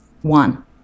One